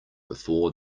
before